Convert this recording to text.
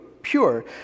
pure